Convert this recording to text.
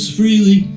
freely